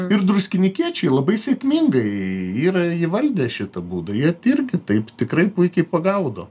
ir druskinikiečiai labai sėkmingai yra įvaldę šitą būdą jie t irgi taip tikrai puikiai pagaudo